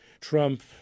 Trump